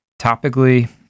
topically